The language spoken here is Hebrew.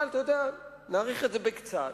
אבל נאריך בקצת,